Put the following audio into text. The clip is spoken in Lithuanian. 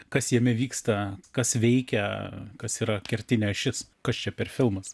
kas jame vyksta kas veikia kas yra kertinė ašis kas čia per filmas